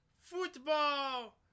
football